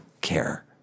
care